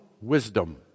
wisdom